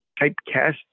typecast